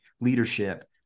leadership